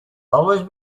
always